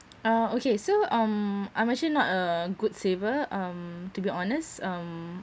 ah okay so um I'm actually not a good saver um to be honest um